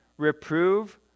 Reprove